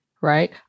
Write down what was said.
right